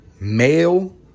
male